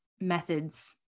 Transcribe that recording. methods